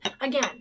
again